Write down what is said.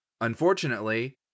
Unfortunately